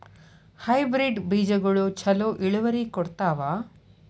Hybrid ಬೇಜಗೊಳು ಛಲೋ ಇಳುವರಿ ಕೊಡ್ತಾವ?